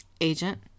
agent